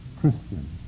Christian